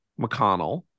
McConnell